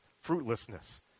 fruitlessness